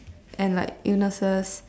and like illnesses